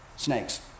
Snakes